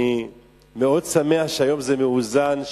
אני שמח מאוד שהיום זה מאוזן,